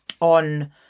on